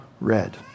red